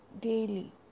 daily